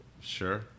Sure